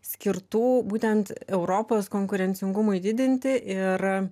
skirtų būtent europos konkurencingumui didinti ir